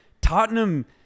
Tottenham